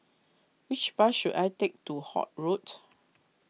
which bus should I take to Holt Road